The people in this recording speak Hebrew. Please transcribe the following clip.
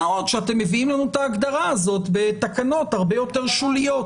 מה עוד שאתם מביאים לנו את ההגדרה הזאת בתקנות הרבה יותר שוליות,